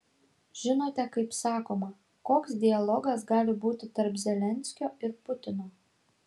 žinote kaip sakoma koks dialogas gali būti tarp zelenskio ir putino